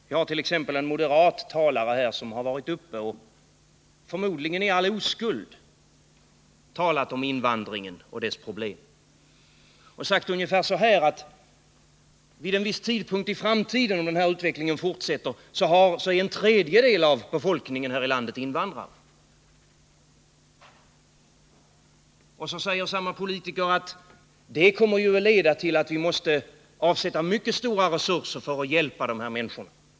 Så var t.ex. en moderat talare uppe i talarstolen och sade, förmodligen i all oskuld, ungefär så här om invandringen och dess problem: Om den här utvecklingen fortsätter, så är vid en viss tidpunkt i framtiden en tredjedel av befolkningen här i landet invandrare. Det kommer att leda till att vi måste avsätta mycket stora resurser för att hjälpa de här människorna.